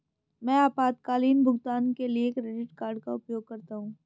मैं आपातकालीन भुगतान के लिए क्रेडिट कार्ड का उपयोग करता हूं